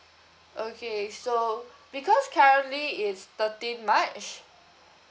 okay so because currently it's thirteenth march